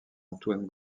antoine